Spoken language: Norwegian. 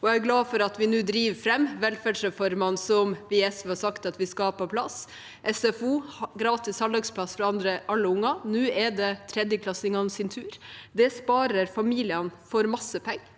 Jeg er glad for at vi nå driver fram velferdsreformene som vi i SV har sagt at vi skal ha på plass, som SFO med gratis halvdagsplass for alle unger, og nå er det tredjeklassingenes tur. Det sparer familiene for masse penger,